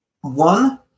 One